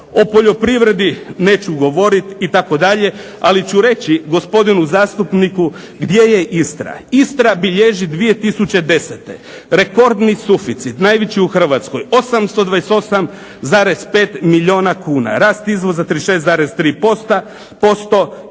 O poljoprivredi neću govoriti itd., ali ću reći gospodinu zastupniku gdje je Istra. Istra bilježi 2 tisuće besete, rekordni suficit, najveći u Hrvatskoj, 828,5 milijuna kuna, rast izvoza 36,3%,